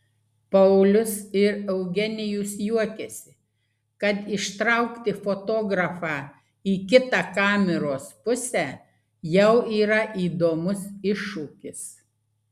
paulius ir eugenijus juokiasi kad ištraukti fotografą į kitą kameros pusę jau yra įdomus iššūkis